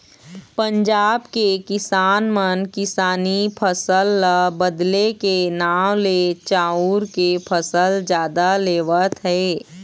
पंजाब के किसान मन किसानी फसल ल बदले के नांव ले चाँउर के फसल जादा लेवत हे